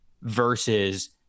versus